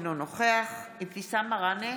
אינו נוכח אבתיסאם מראענה,